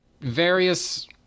various